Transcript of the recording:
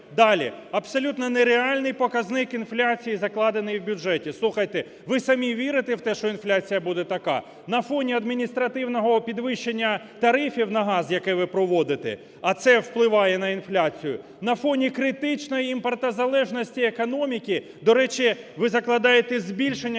Далі, абсолютно нереальний показник інфляції закладений в бюджеті. Слухайте, ви самі вірите в те, що інфляція буде така? На фоні адміністративного підвищення тарифів на газ, яке ви проводите, а це впливає на інфляцію, на фоні критичної імпортозалежності економіки… до речі, ви закладаєте збільшення